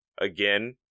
again